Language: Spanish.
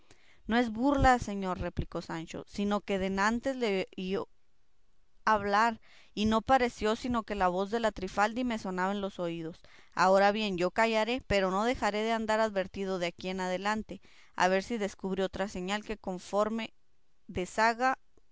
no es burla señor replicó sancho sino que denantes le oí hablar y no pareció sino que la voz de la trifaldi me sonaba en los oídos ahora bien yo callaré pero no dejaré de andar advertido de aquí adelante a ver si descubre otra señal que confirme o desfaga